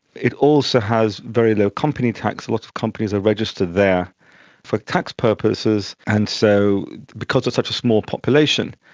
it also has very low company tax. a lot of companies are registered there for tax purposes. and so because they are such a small population,